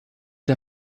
der